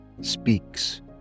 speaks